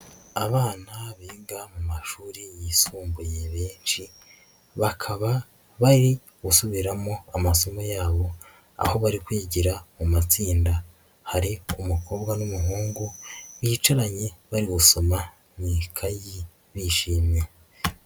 Abana biga mu mashuri yisumbuye benshi bakaba bari gusubiramo amasomo yabo aho bari kwigira mu matsinda, hari umukobwa n'umuhungu bicaranye bari gusoma mu ikayi bishimye.